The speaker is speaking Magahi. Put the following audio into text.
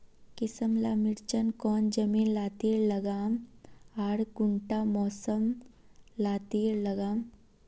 किसम ला मिर्चन कौन जमीन लात्तिर लगाम आर कुंटा मौसम लात्तिर लगाम?